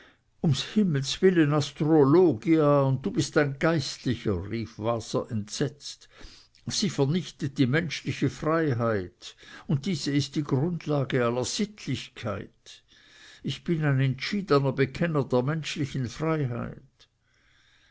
um himmels willen astrologia und du bist ein geistlicher rief waser entsetzt sie vernichtet die menschliche freiheit und diese ist die grundlage aller sittlichkeit ich bin ein entschiedener bekenner der menschlichen freiheit